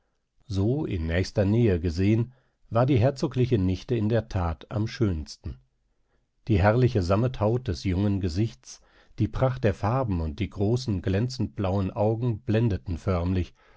so in nächster nähe gesehen war die herzogliche nichte in der that am schönsten die herrliche sammethaut des jungen gesichts die pracht der farben und die großen glänzend blauen augen blendeten förmlich